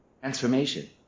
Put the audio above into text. transformation